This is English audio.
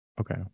Okay